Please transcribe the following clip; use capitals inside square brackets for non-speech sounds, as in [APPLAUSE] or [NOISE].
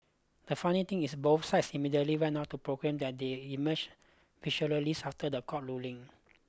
the funny thing is both sides immediately went out to proclaim that they emerged [UNINTELLIGIBLE] after the court ruling